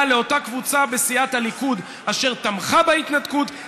לאותה קבוצה בסיעת הליכוד אשר תמכה בהתנתקות,